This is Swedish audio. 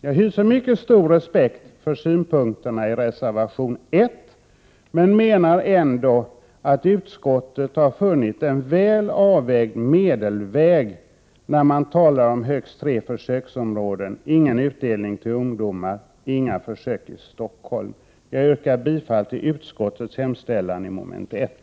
Jag hyser mycket stor respekt för synpunkterna i reservation I men menar ändå att utskottet har funnit en väl avvägd medelväg när man talar om högst tre försöksområden, ingen utdelning till ungdomar, inga försök i Stockholm. Jag yrkar bifall till utskottets hemställan i mom. 1.